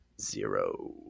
Zero